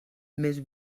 més